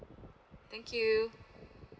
thank you